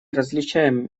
различаем